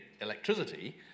electricity